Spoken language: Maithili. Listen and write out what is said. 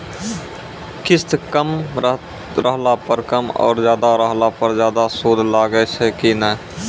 किस्त कम रहला पर कम और ज्यादा रहला पर ज्यादा सूद लागै छै कि नैय?